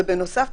ובנוסף,